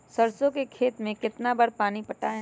सरसों के खेत मे कितना बार पानी पटाये?